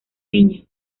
niña